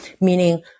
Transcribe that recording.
meaning